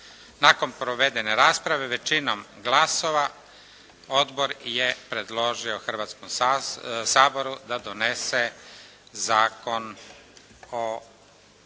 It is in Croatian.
Nakon provedene rasprave većinom glasova odbor je predložio Hrvatskom saboru da donese Zakon o